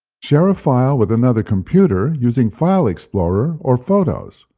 share a file with another computer using file explorer or photos.